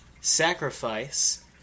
Sacrifice